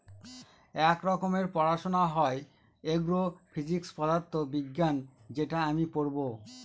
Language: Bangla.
এক রকমের পড়াশোনা হয় এগ্রো ফিজিক্স পদার্থ বিজ্ঞান যেটা আমি পড়বো